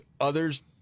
Others